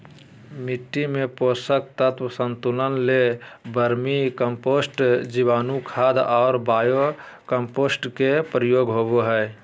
मिट्टी में पोषक तत्व संतुलन ले वर्मी कम्पोस्ट, जीवाणुखाद और बायो कम्पोस्ट के प्रयोग होबो हइ